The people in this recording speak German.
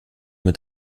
mit